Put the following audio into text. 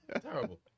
Terrible